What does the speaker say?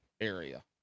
area